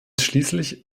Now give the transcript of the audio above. schließlich